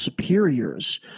superiors